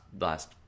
last